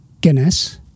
guinness